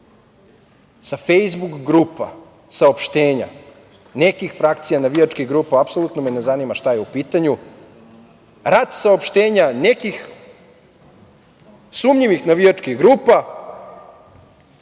sa fejsbuk grupa saopštenja nekih frakcija navijačkih grupa, apsolutno me ne zanima šta je u pitanju, rat saopštenja nekih sumnjivih navijačkih grupa.